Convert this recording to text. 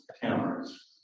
cameras